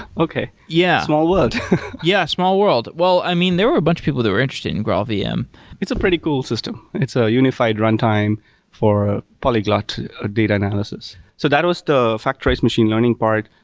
okay yeah small world yeah, small world. well, i mean, there were a bunch of people that were interested in graalvm it's a pretty cool system. it's a unified runtime for polyglot ah data analysis. so that was the factorized machine learning part.